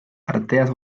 arteaz